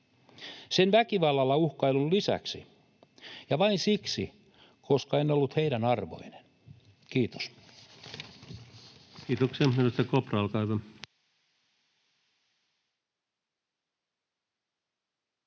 sen väkivallalla uhkailun lisäksi, ja vain siksi, koska en ollut heidän arvoisensa. — Kiitos. Kiitoksia.